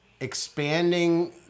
expanding